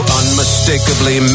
unmistakably